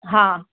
હા